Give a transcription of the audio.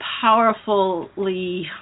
powerfully